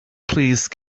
please